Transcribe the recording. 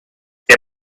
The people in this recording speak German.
der